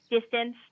distance